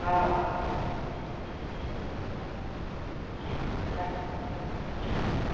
हँ रक्खू